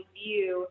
view